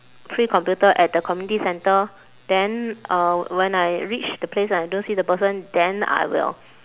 free computer at the community centre then uh when I reach the place and don't see the person then I will